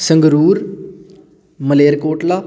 Sangrur Malerkotla